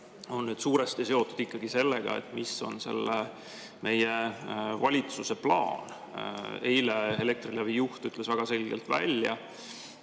on suuresti seotud ikkagi sellega, mis on meie valitsuse plaan. Eile Elektrilevi juht ütles väga selgelt välja,